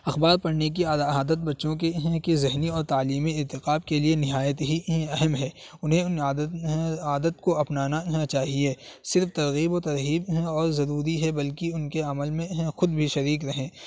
اخبار پڑھنے کی عادت بچوں کی ذہنی اور تعلیمی ارتقاب کے لیے نہایت ہی اہم ہے انہیں ان عادت عادت کو اپنانا چاہیے صرف ترغیب و ترہیب اور ضروری ہے بلکہ ان کے عمل میں خود بھی شریک رہیں